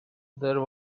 there